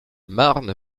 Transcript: marne